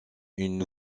une